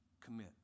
commit